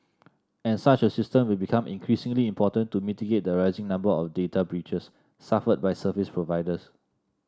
and such a system will become increasingly important to mitigate the rising number of data breaches suffered by service providers